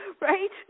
Right